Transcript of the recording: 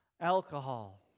alcohol